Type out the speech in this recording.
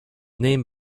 named